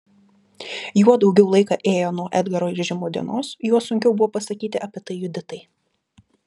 juo daugiau laiko ėjo nuo edgaro grįžimo dienos juo sunkiau buvo pasakyti apie tai juditai